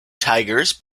tigers